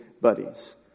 buddies